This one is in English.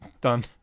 Done